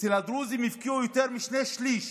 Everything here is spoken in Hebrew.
אצל הדרוזים הפקיעו יותר משני-שליש